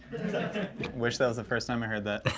wish that was the first time i heard that.